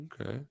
Okay